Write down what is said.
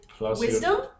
Wisdom